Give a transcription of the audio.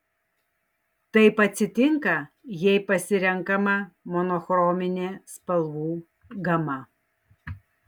taip atsitinka jei pasirenkama monochrominė spalvų gama